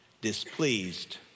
displeased